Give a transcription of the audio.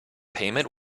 payment